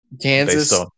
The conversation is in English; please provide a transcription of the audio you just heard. Kansas